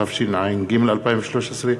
התשע"ג 2013,